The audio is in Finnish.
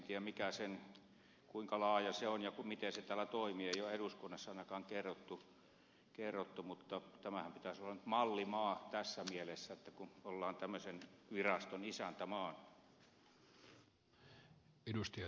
en tiedä kuinka laaja se on ja miten se täällä toimii ei ole eduskunnassa ainakaan kerrottu mutta tämänhän pitäisi olla nyt mallimaa tässä mielessä kun ollaan tämmöisen viraston isäntämaa